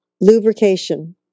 Lubrication